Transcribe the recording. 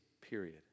Period